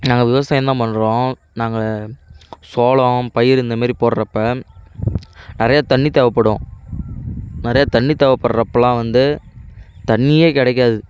நாங்கள் விவசாயம் தான் பண்ணுறோம் நாங்கள் சோளம் பயிறு இந்தமாரி போடுறப்ப நிறைய தண்ணி தேவைப்படும் நிறைய தண்ணி தேவைப்பட்றப் போகலாம் வந்து தண்ணியே கிடைக்காது